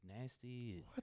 nasty